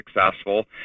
successful